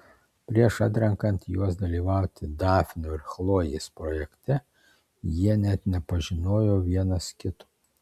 prieš atrenkant juos dalyvauti dafnio ir chlojės projekte jie net nepažinojo vienas kito